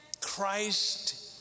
Christ